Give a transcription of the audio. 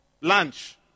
lunch